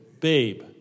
Babe